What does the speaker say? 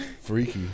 Freaky